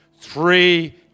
Three